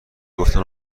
گفتن